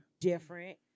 different